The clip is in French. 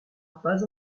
pas